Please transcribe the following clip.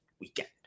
weekend